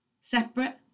separate